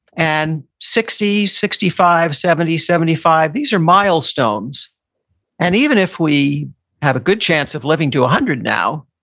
and sixty, sixty five, seventy, seventy five. these are milestones and even if we have a good chance of living to ah hundred now,